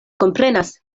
komprenas